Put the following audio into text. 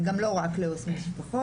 זה גם לא רק לעו"ס משפחות.